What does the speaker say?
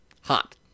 Hot